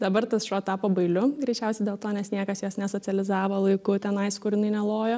dabar tas šuo tapo bailiu greičiausiai dėl to nes niekas jos nesocializavo laiku tenais kur jinai nelojo